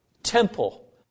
Temple